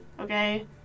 okay